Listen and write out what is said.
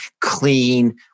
clean